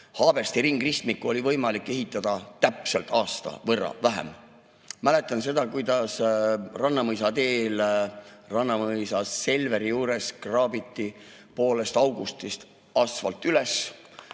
Haabersti ringristmikku oli võimalik ehitada täpselt aasta võrra vähem. Mäletan seda, kuidas Rannamõisa teel Rannamõisa Selveri juures kraabiti poolest augustist asfalt üles